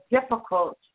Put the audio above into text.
difficult